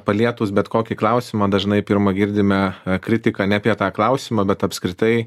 palietus bet kokį klausimą dažnai pirma girdime kritiką ne apie tą klausimą bet apskritai